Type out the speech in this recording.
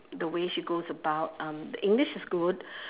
the way she goes about um the english is good